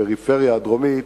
בפריפריה הדרומית,